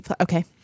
Okay